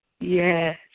yes